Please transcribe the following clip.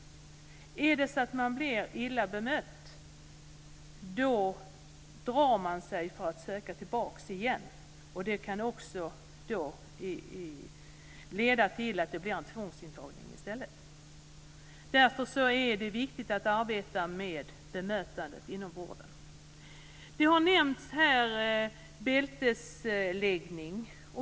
Blir man illa bemött drar man sig för att söka tillbaka igen, och det kan leda till att det i stället blir en tvångsintagning. Därför är det viktigt att arbeta med bemötandet inom vården. Det har här nämnts bältesläggning.